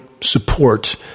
support